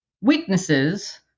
weaknesses